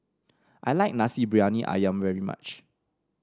I like Nasi Briyani ayam very much